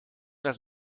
das